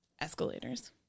escalators